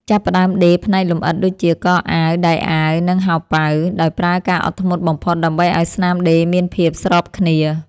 ចាប់ផ្ដើមដេរផ្នែកលម្អិតដូចជា កអាវ ដៃអាវ និងហោប៉ៅ ដោយប្រើកាអត់ធ្មត់បំផុតដើម្បីឱ្យស្នាមដេរមានភាពស្របគ្នា។